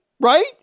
Right